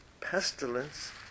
pestilence